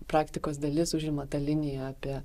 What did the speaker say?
praktikos dalis užima ta linija apie